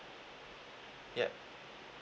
ya